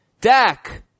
Dak